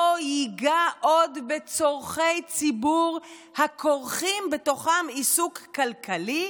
ייגע עוד בצרכי ציבור הכורכים בתוכם עיסוק כלכלי,